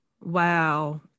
Wow